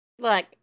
Look